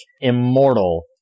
immortal